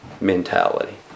mentality